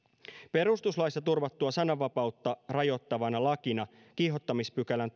perustuslaissa turvattua sananvapautta rajoittavana lakina kiihottamispykälän